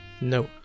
no